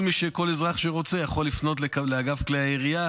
כל אזרח שרוצה יכול לפנות לאגף כל הירייה